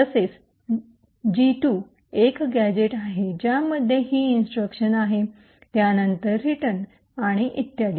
तसेच जी 2 एक गॅझेट आहे ज्यामध्ये ही इन्स्ट्रक्शन आहे त्यानंतर रिटर्न आणि इत्यादी